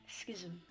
Schism